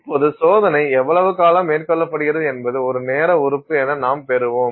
இப்போது சோதனை எவ்வளவு காலம் மேற்கொள்ளப்படுகிறது என்பது ஒரு நேர உறுப்பு என நாம் பெறுவோம்